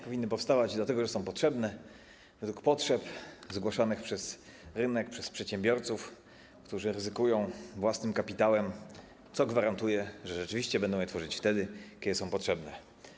powinny powstawać dlatego, że są potrzebne, według potrzeb zgłaszanych przez rynek i przedsiębiorców, którzy ryzykują własnym kapitałem, co gwarantuje, że rzeczywiście będą one tworzone wtedy, kiedy są potrzebne.